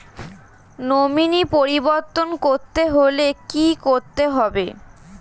Nominee পরিবর্তন করতে হলে কী করতে হবে?